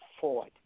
forward